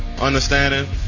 understanding